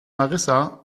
marissa